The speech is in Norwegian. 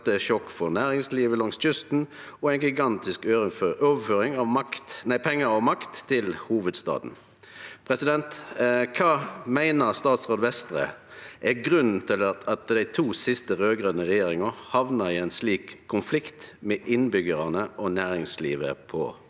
skattesjokk for næringslivet langs kysten og ei gigantisk overføring av pengar og makt til hovudstaden. Kva meiner statsråd Vestre er grunnen til at dei to siste raud-grøne regjeringane hamnar i ein slik konflikt med innbyggjarane og næringslivet på